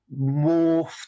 morphed